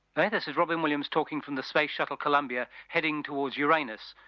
but this is robyn williams talking from the space shuttle columbia heading towards uranus.